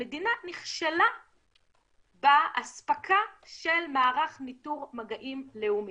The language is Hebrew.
המדינה נכשלה באספקה של מערך ניטור מגעים לאומי.